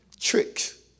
tricks